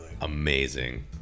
Amazing